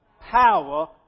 Power